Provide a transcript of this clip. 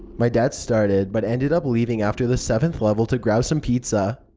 my dad started, but ended up leaving after the seventh level to grab some pizza.